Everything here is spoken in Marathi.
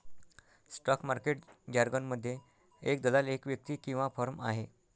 स्टॉक मार्केट जारगनमध्ये, एक दलाल एक व्यक्ती किंवा फर्म आहे